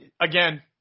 again –